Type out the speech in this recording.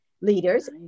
leaders